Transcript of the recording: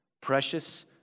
Precious